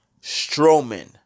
Strowman